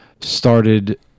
started